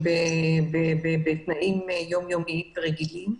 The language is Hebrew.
אנחנו אחרי הגל הראשון,